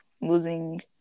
losing